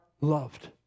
loved